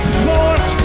force